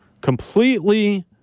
completely